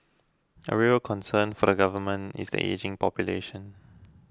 a real concern for the Government is the ageing population